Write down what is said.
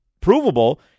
provable